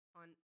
on